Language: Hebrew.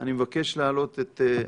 אני מבקש להעלות את הסיכום,